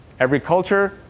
every culture,